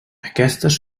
aquestes